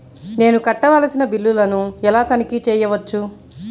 నేను కట్టవలసిన బిల్లులను ఎలా తనిఖీ చెయ్యవచ్చు?